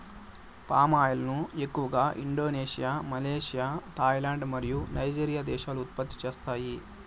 palm oil ను ఎక్కువగా Indonesia, Malaysia, Thailand మరియు నైజీరియా దేశాలు ఉత్పత్తి చేస్తాయి